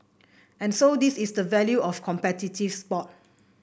and so this is the value of competitive sport